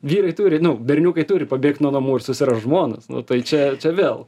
vyrai turi nu berniukai turi pabėgt nuo namų ir susirast žmonas nu tai čia čia vėl